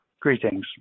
Greetings